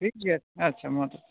ᱴᱷᱤᱠ ᱜᱮᱭᱟ ᱟᱪᱷᱟ ᱢᱟ ᱛᱟᱦᱚᱞᱮ